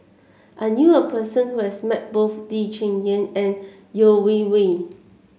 I knew a person who has met both Lee Cheng Yan and Yeo Wei Wei